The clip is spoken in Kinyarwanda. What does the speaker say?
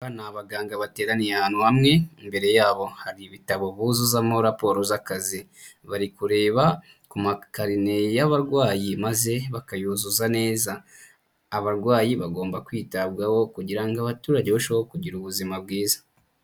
Aba ni abaganga bateraniye ahantu hamwe, imbere yabo hari ibitabo buzuzamo raporo z'akazi, bari kureba ku makarine y'abarwayi maze bakayuzuza neza, abarwayi bagomba kwitabwaho kugira ngo abaturage barusheho kugira ubuzima bwiza.